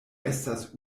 estas